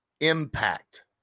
impact